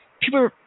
People